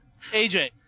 AJ